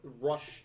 Rush